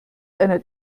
einer